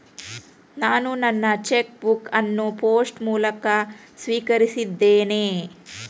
ನಾನು ನನ್ನ cheque book ಅನ್ನು ಪೋಸ್ಟ್ ಮೂಲಕ ಸ್ವೀಕರಿಸಿದ್ದೇನೆ